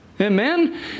Amen